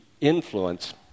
influence